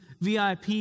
VIP